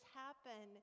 happen